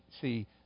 see